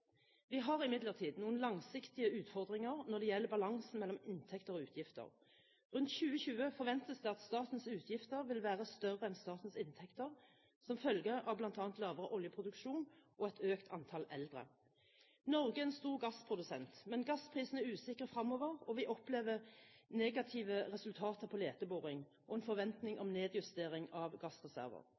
Vi har imidlertid noen langsiktige utfordringer når det gjelder balansen mellom inntekter og utgifter. Rundt 2020 forventes det at statens utgifter vil være større enn statens inntekter som følge av bl.a. lavere oljeproduksjon og et økt antall eldre. Norge er en stor gassprodusent, men gassprisene er usikre fremover, og vi opplever negative resultater for leteboring og en forventning om nedjustering av gassreserver.